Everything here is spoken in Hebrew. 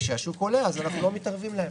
וכשהשוק עולה אז אנחנו לא מתערבים להם.